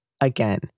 Again